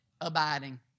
Abiding